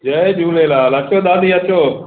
जय झूलेलाल अचो दादी अचो